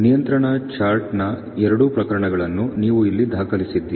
ನಿಯಂತ್ರಣ ಚಾರ್ಟ್ನ ಎರಡೂ ಪ್ರಕರಣಗಳನ್ನು ನೀವು ಇಲ್ಲಿ ದಾಖಲಿಸಿದ್ದೀರಿ